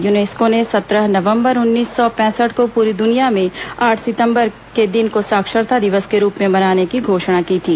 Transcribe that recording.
UNESCO ने सत्रह नवंबर उन्नीस सौ पैंसठ को पूरी दुनिया में आठ सितंबर के दिन को साक्षरता दिवस के रूप में मनाने की घोषणा की थी